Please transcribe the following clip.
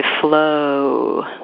flow